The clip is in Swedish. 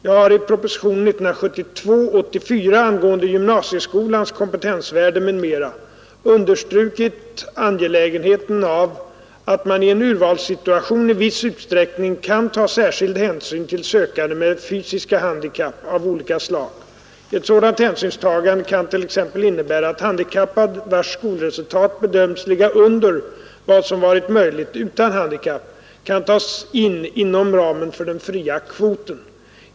Jag har i propositionen 84 år 1972 angående gymnasieskolans kompetensvärde m.m. understrukit angelägenheten av att man i en urvalssituation i viss utsträckning kan ta särskild hänsyn till sökande med fysiska handikapp av olika slag. Ett sådant hänsynstagande kan t.ex. innebära att handikappad, vars skolresultat bedöms ligga under vad som varit möjligt utan handikapp, kan tas in inom ramen för den fria kvoten.